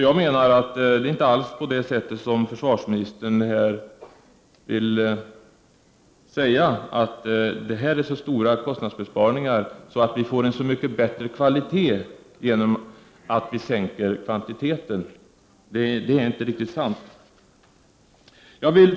Jag menar därför att det inte alls förhåller sig så som försvarsministern påstår, nämligen att det rör sig om stora kostnadsbesparingar och att vi kommer att få en mycket bättre kvalitet genom att sänka kvantiteten. Det är inte riktigt sant.